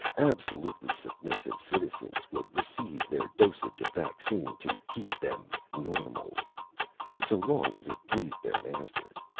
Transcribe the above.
absolutely submissive citizens would receive their dosage of vaccine to keep them normals so long as it pleased their masters.